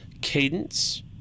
cadence